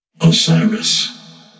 Osiris